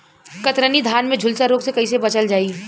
कतरनी धान में झुलसा रोग से कइसे बचल जाई?